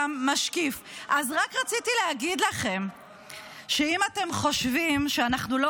אז רק רציתי להגיד לכם שאם אתם חושבים שאנחנו לא